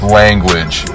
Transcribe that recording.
language